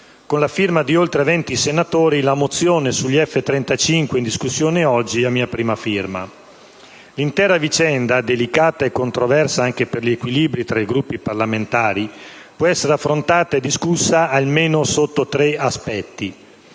con la firma di oltre 20 senatori, la mozione sugli F-35 in discussione oggi e a mia prima firma. L'intera vicenda, delicata e controversa anche per gli equilibri tra i Gruppi parlamentari, può essere affrontata e discussa almeno sotto tre aspetti.